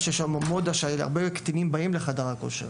מודה שהרבה קטינים באים לחדר הכושר,